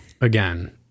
again